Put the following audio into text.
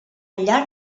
llarg